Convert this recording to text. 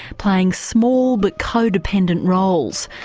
playing small but co-dependent roles.